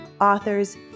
authors